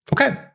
okay